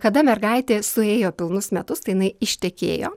kada mergaitė suėjo pilnus metus tai jinai ištekėjo